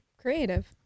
creative